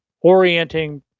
orienting